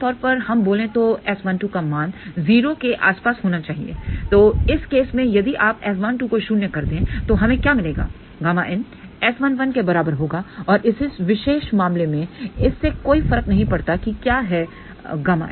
आम तौर पर हम बोले तो S12 का मान 0 के आसपास होना चाहिए तो इस केस में यदि आप S12 को शून्य कर दे तो हमें क्या मिलेगा Ƭin S11के बराबर होगा और उस विशेष मामले में इससे कोई फर्क नहीं पड़ता कि क्या है ƬL